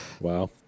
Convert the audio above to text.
Wow